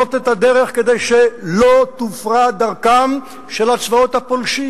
לפנות את הדרך כדי שלא תופרע דרכם של הצבאות הפולשים.